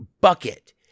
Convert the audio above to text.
bucket